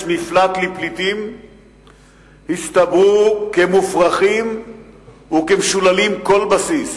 מפלט לפליטים הסתברו כמופרכים וכמשוללים כל בסיס.